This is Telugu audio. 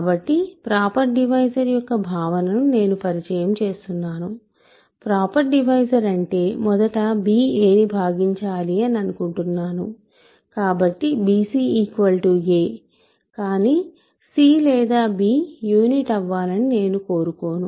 కాబట్టి ప్రాపర్ డివైజర్యొక్క భావనను నేను పరిచయం చేస్తున్నాను ప్రాపర్ డివైజర్ అంటే మొదట b a ని భాగించాలి అని అనుకుంటున్నాను కాబట్టి bc a కానీ c లేదా b యూనిట్ అవ్వాలని నేను కోరుకోను